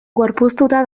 gorpuztuta